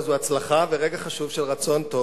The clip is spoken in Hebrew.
הרי זו הצלחה ורגע חשוב של רצון טוב